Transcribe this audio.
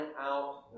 out